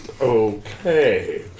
Okay